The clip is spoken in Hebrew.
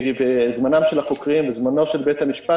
חבל על זמנם של החוקרים וזמנו של בית המשפט